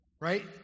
right